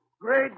Great